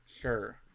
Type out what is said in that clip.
Sure